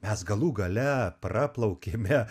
mes galų gale praplaukėme